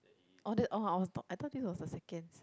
orh the orh I was thought I thought this was the seconds